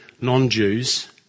non-Jews